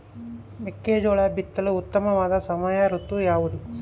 ಮೆಕ್ಕೆಜೋಳ ಬಿತ್ತಲು ಉತ್ತಮವಾದ ಸಮಯ ಋತು ಯಾವುದು?